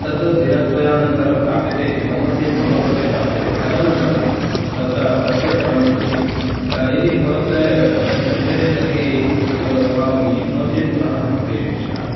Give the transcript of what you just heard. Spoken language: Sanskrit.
तत् दिनद्वयानन्तरं प्राप्यते एव नो चेत् मम कृते प्राप्यते तदन्तरं तत्र प्रत्यर्पणं भवति यदि भवतः लभ्यते तर्हि तत् समापनीयं नो चेत् पुनः अहं प्रेषयिष्यामी